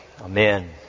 Amen